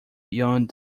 beyond